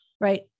right